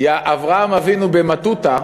במטותא,